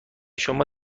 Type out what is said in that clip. شما